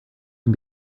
can